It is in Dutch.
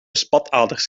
spataders